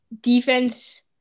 defense